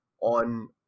on